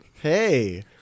Hey